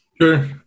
Sure